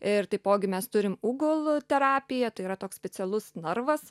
ir taipogi mes turim ugl terapiją tai yra toks specialus narvas